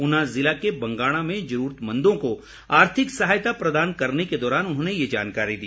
ऊना जिले के बंगाणा में जरूरतमंदों को आर्थिक सहायता प्रदान करने के दौरान उन्होंने ये जानकारी दी